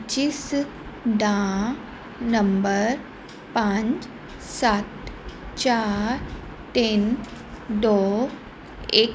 ਜਿਸ ਦਾ ਨੰਬਰ ਪੰਜ ਸੱਤ ਚਾਰ ਤਿੰਨ ਦੋ ਇੱਕ